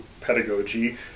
pedagogy